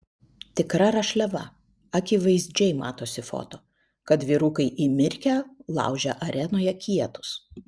tikra rašliava akivaizdžiai matosi foto kad vyrukai įmirkę laužia arenoje kietus